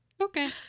Okay